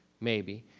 maybe,